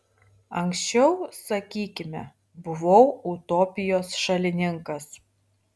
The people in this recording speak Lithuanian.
anksčiau sakykime buvau utopijos šalininkas